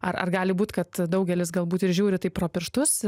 ar ar gali būt kad daugelis galbūt ir žiūri taip pro pirštus